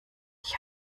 ich